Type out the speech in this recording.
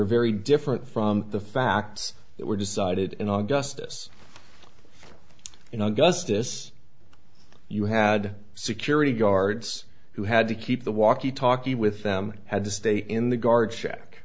are very different from the facts that were decided in our gustus in augustus you had security guards who had to keep the walkie talkie with them had to stay in the guard shack